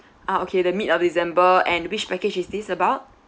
ah okay the mid of december and which package is this about